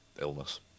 Illness